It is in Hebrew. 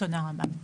תודה רבה.